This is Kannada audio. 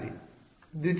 ವಿದ್ಯಾರ್ಥಿ ದ್ವಿತೀಯ